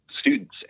students